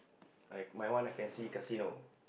I my one I can see casino